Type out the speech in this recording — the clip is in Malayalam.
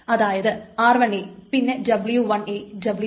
അതായത് r1 പിന്നെ w1 w2 r1 അങ്ങനെ